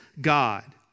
God